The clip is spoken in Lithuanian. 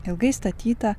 ilgai statyta